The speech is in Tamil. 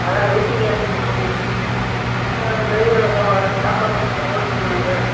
அதுதான் வெயிட்டிங் சார்ஜ்ஜி கொடுக்கணும் ட்ரைவரை க சாப்பாடெல்லாம் கொஞ்சம் கவனிச்சிக்கணும் அப்படியே